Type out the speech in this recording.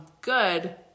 good